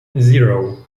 zero